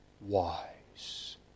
wise